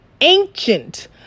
ancient